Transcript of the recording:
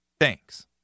Thanks